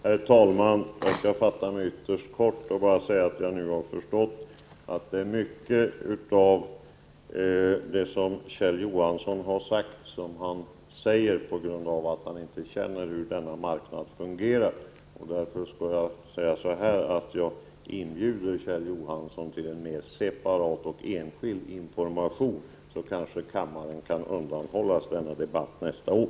Herr talman! Jag skall fatta mig ytterst kort. Nu har jag förstått att det är mycket av det som Kjell Johansson har anfört som han säger på grund av att han inte känner till hur denna marknad fungerar. Därför inbjuder jag Kjell Johansson till en mer separat och enskild information, så kanske kammaren kan undanhållas denna debatt nästa år.